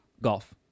Golf